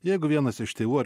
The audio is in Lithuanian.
jeigu vienas iš tėvų ar